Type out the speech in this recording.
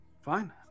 fine